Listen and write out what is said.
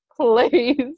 please